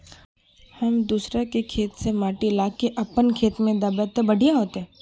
हम दूसरा के खेत से माटी ला के अपन खेत में दबे ते बढ़िया होते?